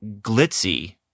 glitzy